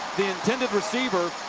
the intended receiver.